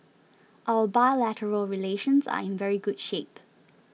our bilateral relations are in very good shape